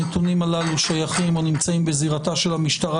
הנתונים הללו נמצאים בזירתה של המשטרה,